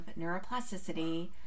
neuroplasticity